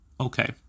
okay